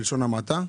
וזה בלשון המעטה.